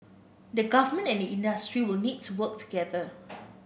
the government and the industry will need to work together